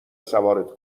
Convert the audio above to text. سوارت